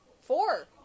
four